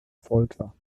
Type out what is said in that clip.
folter